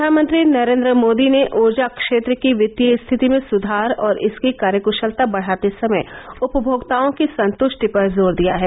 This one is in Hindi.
प्रधानमंत्री नरेंद्र मोदी ने ऊर्जा क्षेत्र की वित्तीय स्थिति में सुधार और इसकी कार्य क्शलता बढ़ाते समय उपभोक्ताओं की संतृष्टि पर जोर दिया है